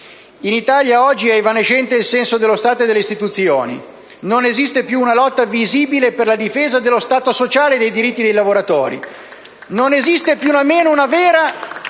In Italia, oggi, è evanescente il senso dello Stato e delle istituzioni. Non esiste più una lotta visibile per la difesa dello Stato sociale e dei diritti dei lavoratori. *(**Applausi dal